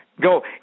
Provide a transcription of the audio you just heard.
go